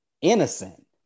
innocent